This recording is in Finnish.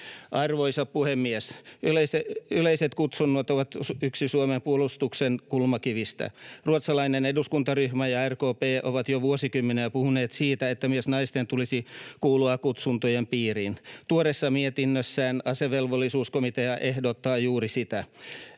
Arvoisa puhemies! Yleiset kutsunnat ovat yksi Suomen puolustuksen kulmakivistä. Ruotsalainen eduskuntaryhmä ja RKP ovat jo vuosikymmeniä puhuneet siitä, että myös naisten tulisi kuulua kutsuntojen piiriin. Tuoreessa mietinnössään asevelvollisuuskomitea ehdottaa juuri sitä.